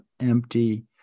empty